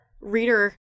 reader